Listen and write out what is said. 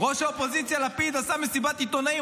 ראש האופוזיציה לפיד עשה מסיבת עיתונאים,